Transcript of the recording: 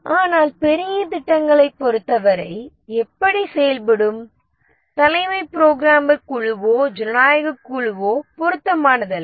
ஆனால் பெரிய திட்டங்களைப் பொறுத்த வரை எப்படி செயல்படும் தலைமை புரோகிராமர் குழுவோ ஜனநாயகக் குழுவோ பொருத்தமானதல்ல